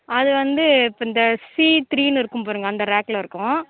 அது வந்து இப்போ இந்த சி த்ரீன்னு இருக்கும் பாருங்கள் அந்த ரேக்கில் இருக்கும்